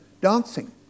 dancing